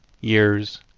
years